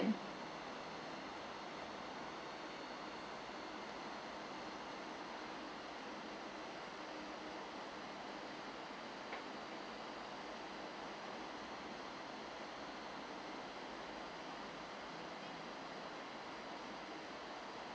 ~m